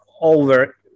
over